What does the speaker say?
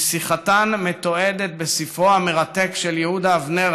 ששיחתן מתועדת בספרו המרתק של יהודה אבנר,